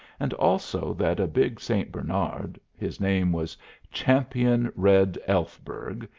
and, also, that a big st. bernard, his name was champion red elfberg,